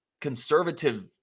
conservative –